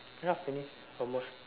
ya finish almost